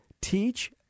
teach